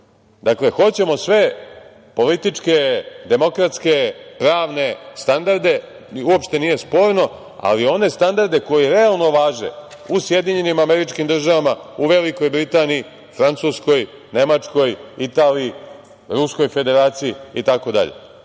Dakle, hoćemo sve političke, demokratske, pravne standarde, uopšte nije sporno, ali one standarde koji realno važe u SAD, u Velikoj Britaniji, Francuskoj, Nemačkoj, Italiji, Ruskoj Federaciji itd. Moje